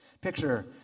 Picture